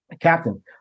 Captain